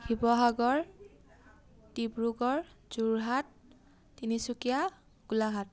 Sivasagar Dibrugarh Jorhat Tinsukia Golaghat